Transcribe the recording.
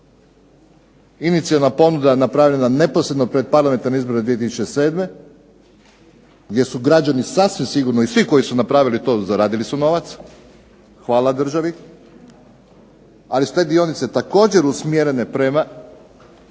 inicijalna ponuda napravljena neposredno pred parlamentarne izbore 2007. gdje su građani sasvim sigurno i svi koji su napravili to zaradili su novac – hvala državi. Ali su te dionice također usmjerene prema,